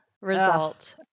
result